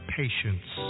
patience